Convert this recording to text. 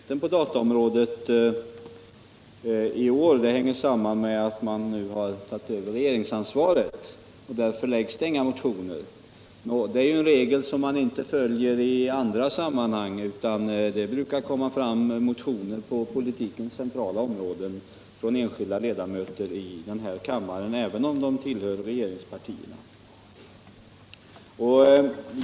Herr talman! Herr Wirtén säger att orsaken till inaktiviteten på dataområdet i år hänger samman med att man nu tagit över regeringsansvaret. Därför väcks det inga motioner. Det är en regel som man inte följer i andra sammanhang, utan det brukar läggas fram motioner på politikens centrala områden från enskilda ledamöter i denna kammare även om de tillhör regeringspartierna.